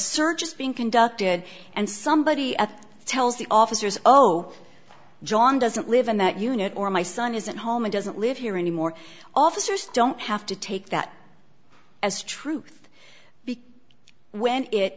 search is being conducted and somebody at tells the officers oh john doesn't live in that unit or my son isn't home and doesn't live here anymore officers don't have to take that as truth